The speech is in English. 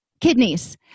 kidneys